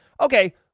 Okay